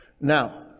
Now